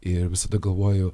ir visada galvoju